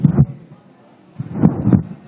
אני